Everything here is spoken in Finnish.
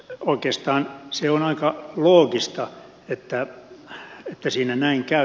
oikeastaan se on aika loogista että siinä näin käy